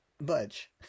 budge